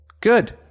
Good